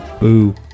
Boo